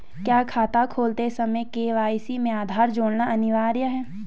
क्या खाता खोलते समय के.वाई.सी में आधार जोड़ना अनिवार्य है?